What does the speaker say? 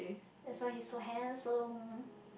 that's why he so handsome